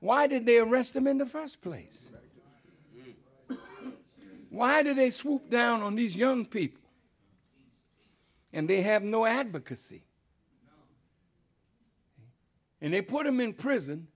why did they arrest him in the first place why do they swoop down on these young people and they have no advocacy and they put him in prison